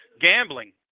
Gambling